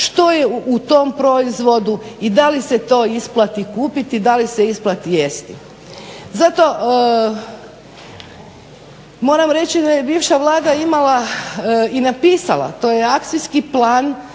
što je u tom proizvodu i da li se to isplati kupiti, da li se isplati jesti. Zato moram reći da je bivša Vlada imala i napisala, to je akcijski plan